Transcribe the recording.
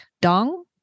dong